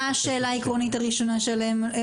מה השאלה העקרונית הראשונה שעליה הגעתם לפיצוץ?